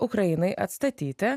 ukrainai atstatyti